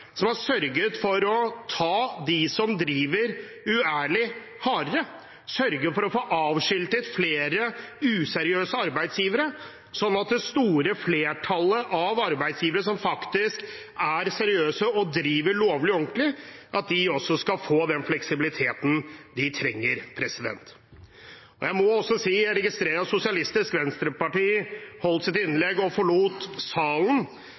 som har sørget for å ta dem som driver uærlig, hardere, og som har sørget for å få avskiltet flere useriøse arbeidsgivere, slik at det store flertallet av arbeidsgivere, som er seriøse og driver lovlig og ordentlig, skal få den fleksibiliteten de trenger. Jeg registrerer at Sosialistisk Venstreparti holdt sitt innlegg og forlot salen.